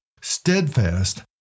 steadfast